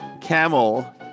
Camel